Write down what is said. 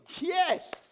Yes